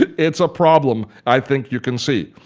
it's a problem i think you can see.